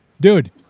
dude